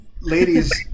ladies